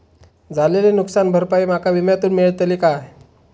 झालेली नुकसान भरपाई माका विम्यातून मेळतली काय?